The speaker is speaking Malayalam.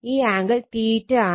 ഈ ആംഗിൾ ആണ്